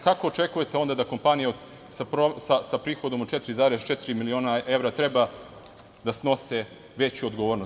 Kako očekujete da onda kompanije sa prihodom od 4,4 miliona evra treba da snose veću odgovornost?